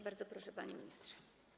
Bardzo proszę, panie ministrze.